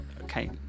Okay